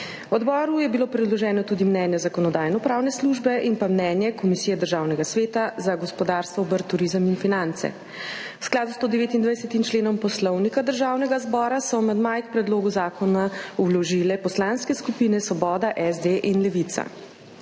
Odboru je bilo predloženo tudi mnenje Zakonodajno-pravne službe in mnenje Komisije Državnega sveta za gospodarstvo, obrt, turizem in finance. V skladu s 129. členom Poslovnika Državnega zbora so amandmaje k predlogu zakona vložile poslanske skupine Svoboda, SD in Levica.